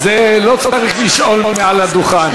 את זה לא צריך לשאול מעל לדוכן.